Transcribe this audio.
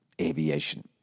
aviation